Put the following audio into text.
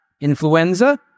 Influenza